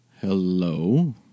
Hello